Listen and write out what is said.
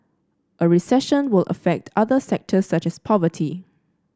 a recession will affect other sectors such as property